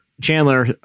Chandler